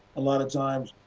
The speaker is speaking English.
a lot of times,